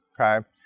okay